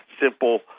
simple